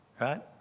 right